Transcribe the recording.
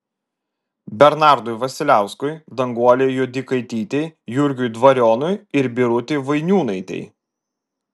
bernardui vasiliauskui danguolei juodikaitytei jurgiui dvarionui ir birutei vainiūnaitei